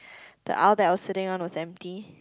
the aisle that I was sitting on was empty